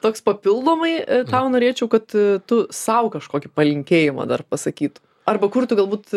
toks papildomai tau norėčiau kad tu sau kažkokį palinkėjimą dar pasakytum arba kur tu galbūt